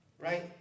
right